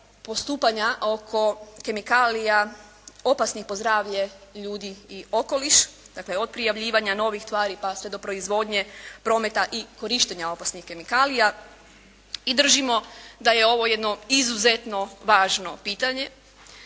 postupanja oko kemikalija opasnih po zdravlje ljudi i okoliš, dakle od prijavljivanja novih tvari pa sve do proizvodnje, prometa i korištenja opasnih kemikalija i držimo da je ovo jedno izuzetno važno pitanje.